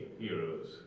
heroes